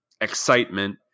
excitement